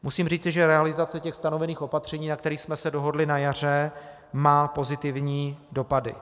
Musím říci, že realizace stanovených opatření, na kterých jsme se dohodli na jaře, má pozitivní dopady.